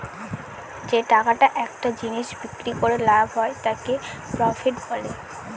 যে টাকাটা একটা জিনিস বিক্রি করে লাভ হয় তাকে প্রফিট বলে